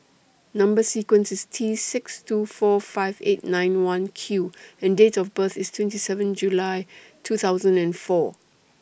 Number sequence IS T six two four five eight nine one Q and Date of birth IS twenty seven July two thousand and four